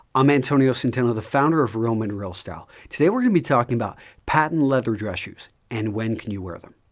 i'm antonio centeno, the founder of real men real style. today, we're going to be talking about patent leather dress shoes and when you can you wear them.